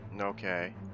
Okay